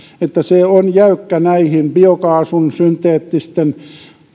että se on jäykkä biokaasun synteettisten